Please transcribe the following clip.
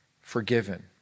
forgiven